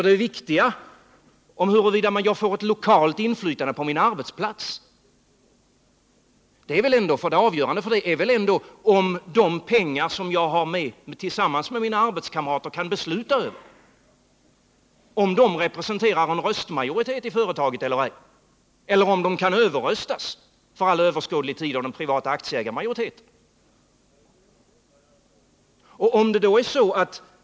Det avgörande för huruvida jag får ett lokalt inflytande på min arbetsplats är väl ändå om de pengar som jag tillsammans med mina arbetskamrater kan besluta över representerar en röstmajoritet i företaget eller om vi kan överröstas för all överskådlig tid av den privata aktieägarmajoriteten.